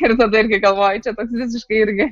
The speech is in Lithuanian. ir tada irgi galvoji čia toks visiškai irgi